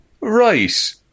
right